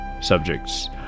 subjects